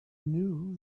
knew